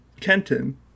Kenton